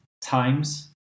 times